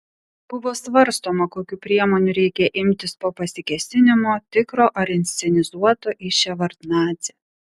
buvo svarstoma kokių priemonių reikia imtis po pasikėsinimo tikro ar inscenizuoto į ševardnadzę